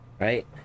right